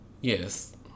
Yes